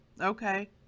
okay